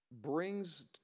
brings